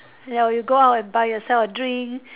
ya you go out and buy yourself a drink